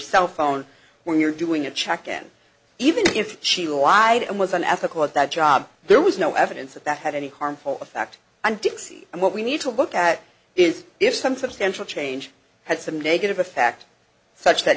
cell phone when you're doing a check and even if she lied and was an ethical at that job there was no evidence that that had any harmful effect on dixie and what we need to look at is if some substantial change had some negative effect such t